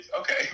okay